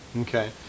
Okay